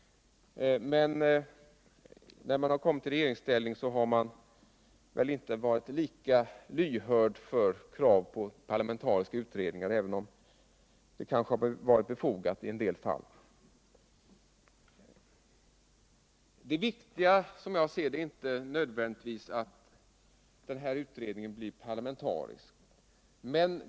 Men i regeringsställning har man inte varit lika pigg på parlamentariska utredningar. även om det skulle ha varit befogat i en del fall. Det viktiga är inte att det till varje pris bliren parlamentarisk utredning.